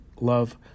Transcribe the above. love